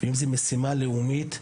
אם זו משימה לאומית,